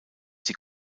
die